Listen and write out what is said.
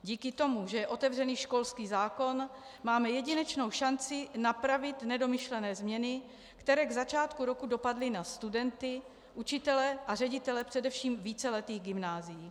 Díky tomu, že je otevřený školský zákon, máme jedinečnou šanci napravit nedomyšlené změny, které k začátku roku dopadly na studenty, učitele a ředitele především víceletých gymnázií.